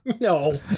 No